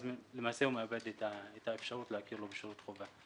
אז למעשה הוא מאבד את האפשרות להכיר לו בשירות חובה.